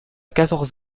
quatorze